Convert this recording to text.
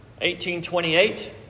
1828